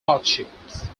hardships